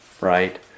Right